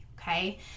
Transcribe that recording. Okay